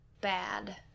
bad